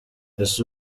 ese